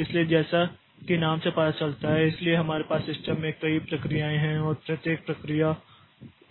इसलिए जैसा कि नाम से पता चलता है इसलिए हमारे पास सिस्टम में कई प्रक्रियाएं हैं और प्रत्येक प्रक्रिया